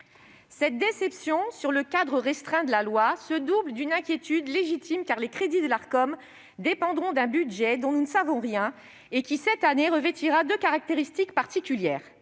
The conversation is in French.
Cette déception sur le cadre restreint de la loi se double d'une inquiétude légitime, car les crédits de l'Arcom dépendront d'un budget dont nous ne savons rien et qui, cette année, revêtira deux caractéristiques particulières.